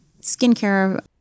skincare